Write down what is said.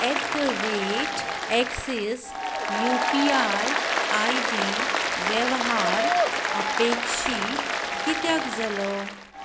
eight the rate Axis U P I I D वेव्हार अपेक्षी कित्याक जालो